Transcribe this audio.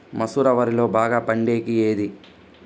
మసూర వరిలో బాగా పండేకి ఏది?